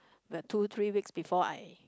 the two three weeks before I